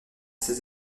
seize